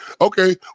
Okay